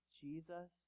Jesus